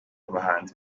bahanzi